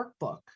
workbook